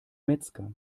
metzger